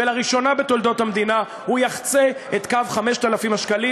ולראשונה בתולדות המדינה הוא יחצה את קו 5,000 השקלים,